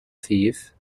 thief